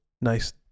nice